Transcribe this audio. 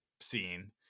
scene